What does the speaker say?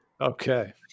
okay